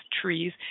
trees